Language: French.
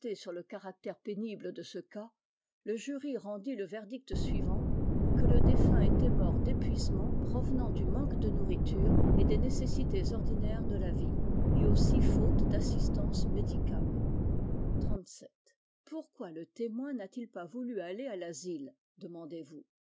l'évanouissement lecoroner ayantinsistësurlecaractère pénible dece cas le jury rendit le verdictsuivant que le défunt était mort d'épuisement provenant du manque de nourriture et des nécessités ordinaires de la vie et aussi faute d'assistance médicales pourquoi le témoin n'a-t-il pas voulu aller à l'asile demandez-vous